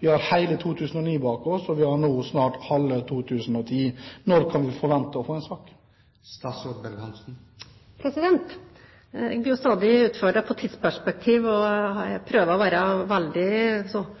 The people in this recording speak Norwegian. Vi har hele 2009 bak oss, og snart halve 2010. Når kan vi forvente å få en sak? Jeg blir jo stadig utfordret på tidsperspektiv, og jeg